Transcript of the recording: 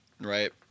right